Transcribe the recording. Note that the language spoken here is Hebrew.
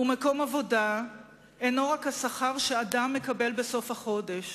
ומקום עבודה אינו רק השכר שאדם מקבל בסוף החודש,